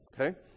Okay